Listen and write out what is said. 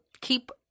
keep